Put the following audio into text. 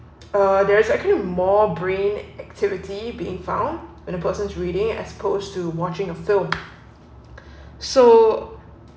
uh there is actually can more brain activity being found when a person's reading as opposed to watching a film so